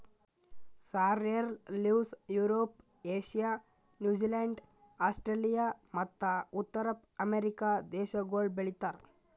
sorrel leaves Europe, Asia, New Zealand, Australia ಮತ್ತ ಉತ್ತರ America ದೇಶಗೊಳ್ ಬೆ ಳಿತಾರ್